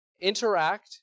interact